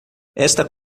esta